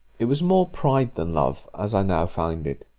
it was more pride than love, as i now find it,